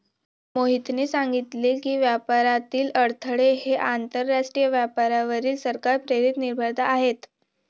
मोहितने सांगितले की, व्यापारातील अडथळे हे आंतरराष्ट्रीय व्यापारावरील सरकार प्रेरित निर्बंध आहेत